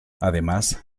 además